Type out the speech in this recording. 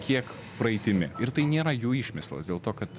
kiek praeitimi ir tai nėra jų išmislas dėl to kad